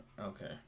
Okay